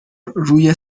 روی